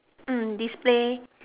mm display